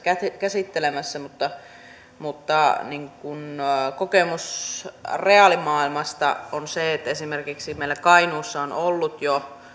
käsittelemässä kokemus reaalimaailmasta on se että esimerkiksi meillä kainuussa jo